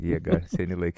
jėga seni laikai